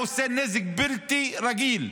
זה היה עושה נזק בלתי רגיל.